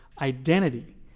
identity